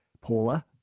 Paula